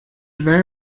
very